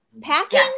Packing